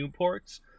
Newports